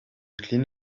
clean